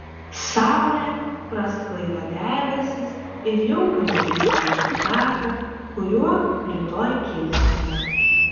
saulė prasklaido debesis ir jau galiu įžiūrėti taką kuriuo rytoj kilsime